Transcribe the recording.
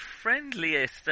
friendliest